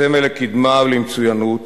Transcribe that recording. סמל לקדמה ולמצוינות,